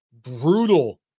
brutal